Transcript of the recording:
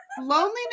Loneliness